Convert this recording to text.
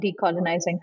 decolonizing